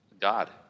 God